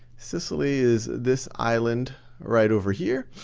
sicily is this island right over here.